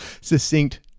Succinct